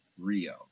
Rio